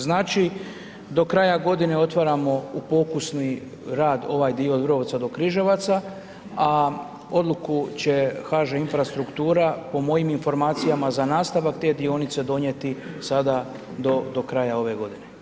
Znači, do kraja godine otvaramo u pokusni rad ovaj dio od Vrbovca do Križevaca, a odluku će HŽ Infrastruktura, po mojim informacijama za nastavak te dionice donijeti sada do kraja ove godine.